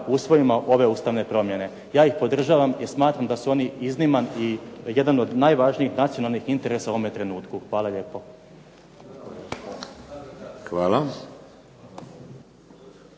usvojimo ove ustavne promjene. Ja ih podržavam i smatram da su oni izniman i jedan od najvažnijih nacionalnih interesa u ovome trenutku. Hvala lijepo.